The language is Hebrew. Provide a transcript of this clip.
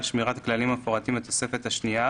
שמירת הכללים המפורטים בתוספת השנייה,